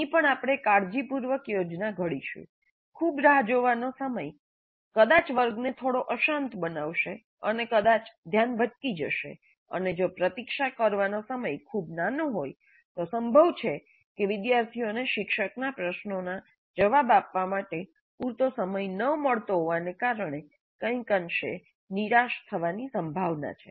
અહીં પણ આપણે કાળજીપૂર્વક યોજના ઘડીશું ખૂબ રાહ જોવાનો સમય કદાચ વર્ગને થોડો અશાંત બનાવશે અને કદાચ ધ્યાન ભટકી જશે અને જો પ્રતીક્ષા કરવાનો સમય ખૂબ નાનો હોય તો સંભવ છે કે વિદ્યાર્થીઓને શિક્ષકનાં પ્રશ્નોનો જવાબ આપવા માટે પૂરતો સમય ન મળતો હોવાને કારણે કંઈક અંશે નિરાશ થવાની સંભાવના છે